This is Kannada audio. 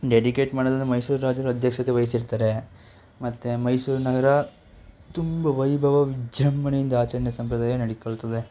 ಡೆಡಿಕೇಟ್ ಮಾಡೋದಂದರೆ ಮೈಸೂರು ರಾಜರು ಅಧ್ಯಕ್ಷತೆ ವಹಿಸಿರ್ತಾರೆ ಮತ್ತು ಮೈಸೂರು ನಗರ ತುಂಬ ವೈಭವ ವಿಜೃಂಭಣೆಯಿಂದ ಆಚರಣೆ ಸಂಪ್ರದಾಯ ನಡೆದ್ಕೊಳ್ತದೆ